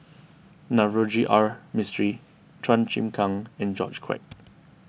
Navroji R Mistri Chua Chim Kang and George Quek